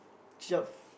twelve